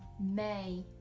may.